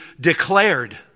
declared